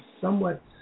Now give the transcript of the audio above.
somewhat